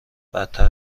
بدتر